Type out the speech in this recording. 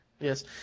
yes